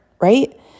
right